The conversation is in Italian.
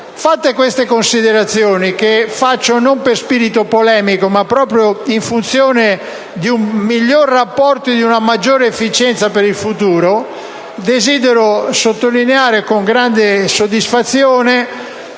Fatte queste considerazioni, che faccio non per spirito polemico, ma proprio in funzione di un miglior rapporto e di una maggiore efficienza per il futuro, desidero sottolineare con grande soddisfazione